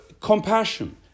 compassion